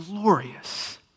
glorious